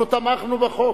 אנחנו תמכנו בחוק.